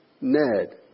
Ned